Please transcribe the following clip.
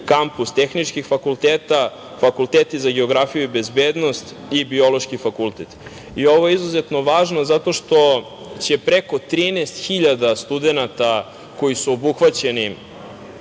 Kampus tehničkih fakulteta, Fakulteti za geografiju i bezbednost i Biološki fakultet. Ovo je izuzetno važno zato što će preko 13.000 studenata koji su obuhvaćeni,